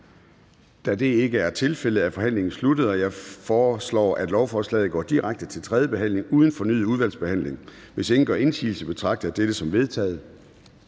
Da det ikke er tilfældet, er forhandlingen sluttet. Jeg foreslår, at lovforslaget går direkte til tredje behandling uden fornyet udvalgsbehandling. Hvis ingen gør indsigelse, betragter jeg dette som vedtaget.